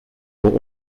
for